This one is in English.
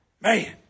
Man